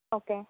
okay